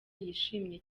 yishimye